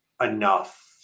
enough